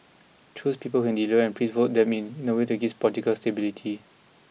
choose people who can deliver and please vote them in in a way that gives political stability